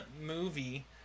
movie